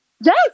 Yes